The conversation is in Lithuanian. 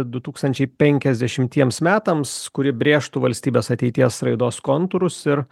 du tūkstančiai penkiasdešimtiems metams kuri brėžtų valstybės ateities raidos kontūrus ir